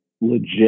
legit